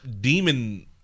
demon